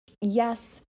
yes